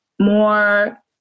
more